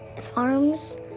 farms